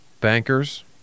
Bankers